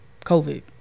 COVID